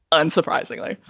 unsurprisingly,